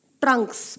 trunks